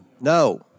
No